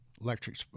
Electric